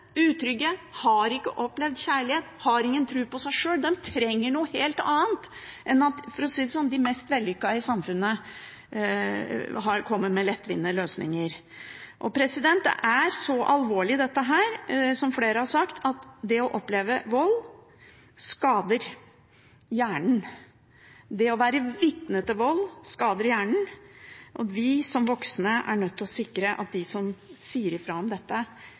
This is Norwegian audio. utrygge, har ikke opplevd kjærlighet, har ingen tro på seg sjøl. De trenger noe helt annet enn at de mest vellykkede i samfunnet kommer med lettvinte løsninger, for å si det sånn. Dette er alvorlig, som flere har sagt, for det å oppleve vold skader hjernen. Det å være vitne til vold skader hjernen. Vi som voksne er nødt til å sikre at de som sier ifra om dette,